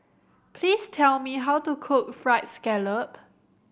please tell me how to cook Fried Scallop